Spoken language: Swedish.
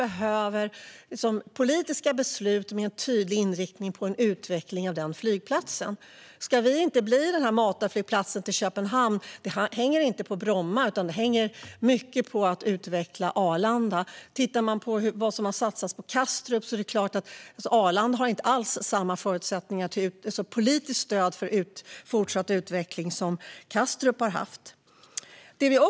Det behövs politiska beslut med en tydlig inriktning på en utveckling av Arlanda flygplats. Det hänger inte på Bromma huruvida Arlanda blir en matarflygplats till Köpenhamn eller inte, utan mycket beror på hur man utvecklar Arlanda. Man kan jämföra med satsningarna på Kastrup. Arlanda har inte alls samma förutsättningar för politiskt stöd för en fortsatt utveckling så som Kastrup har haft.